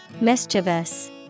Mischievous